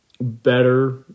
better